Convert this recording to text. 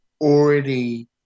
already